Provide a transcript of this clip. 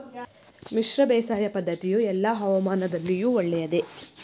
ಮಿಶ್ರ ಬೇಸಾಯ ಪದ್ದತಿಯು ಎಲ್ಲಾ ಹವಾಮಾನದಲ್ಲಿಯೂ ಒಳ್ಳೆಯದೇ?